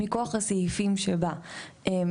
מכוח הסעיפים שבא.